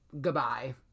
Goodbye